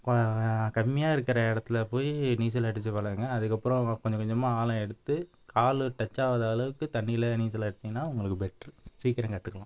கொ கம்மியாக இருக்கிற இடத்துல போய் நீச்சல் அடிச்சு பழகுங்க அதுக்கப்புறோம் கொஞ்சம் கொஞ்சமாக ஆழம் எடுத்து கால் டச் ஆகாத அளவுக்கு தண்ணியில் நீச்சல் அடித்தீங்கன்னா உங்களுக்கு பெட்ரு சீக்கிரம் கற்றுக்கலாம்